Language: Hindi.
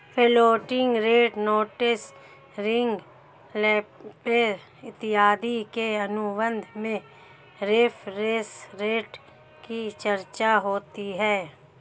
floating rate notes ring swap इत्यादि के अनुबंध में रेफरेंस रेट की चर्चा होती है